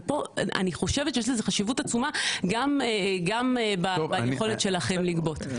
אבל אני חושבת שיש לזה חשיבות עצומה גם ביכולת שלכם לגבות.